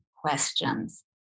questions